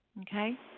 Okay